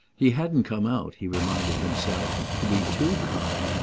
he hadn't come out, he reminded himself, to be too kind,